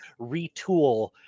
retool